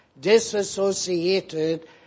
disassociated